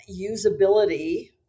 usability